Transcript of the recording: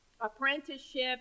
apprenticeship